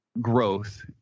growth